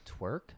twerk